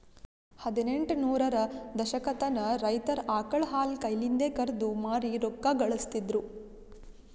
ಹದಿನೆಂಟ ನೂರರ ದಶಕತನ ರೈತರ್ ಆಕಳ್ ಹಾಲ್ ಕೈಲಿಂದೆ ಕರ್ದು ಮಾರಿ ರೊಕ್ಕಾ ಘಳಸ್ತಿದ್ರು